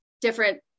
different